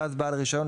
ובעל הרישיון,